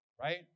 Right